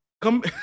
come